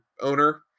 owner